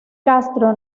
castro